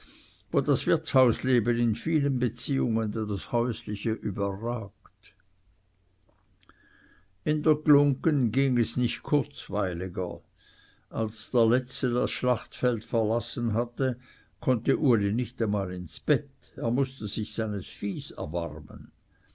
das wirtshausleben in vielen beziehungen das häusliche überragt in der glunggen ging es nicht kurzweiliger als der letzte das schlachtfeld verlassen hatte konnte uli nicht einmal ins bett er mußte sich seines viehs erbarmen